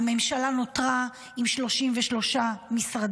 הממשלה נותרה עם 33 משרדים.